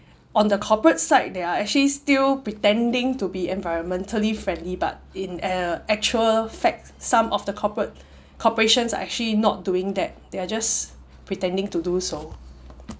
on the corporate side they are actually still pretending to be environmentally friendly but in actual fact some of the corporate corporations are actually not doing that they are just pretending to do so